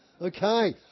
Okay